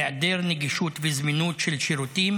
היעדר נגישות וזמינות של שירותים